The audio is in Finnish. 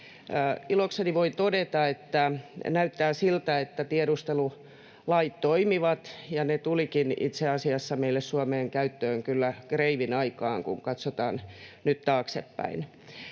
Ilokseni voin todeta, että näyttää siltä, että tiedustelulait toimivat, ja ne itse asiassa tulivatkin meille Suomeen käyttöön kyllä kreivin aikaan, kun katsotaan nyt taaksepäin.